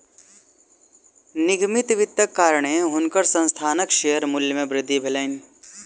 निगमित वित्तक कारणेँ हुनकर संस्थानक शेयर मूल्य मे वृद्धि भेलैन